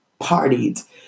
partied